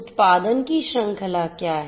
उत्पादन की श्रृंखला क्या है